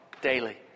daily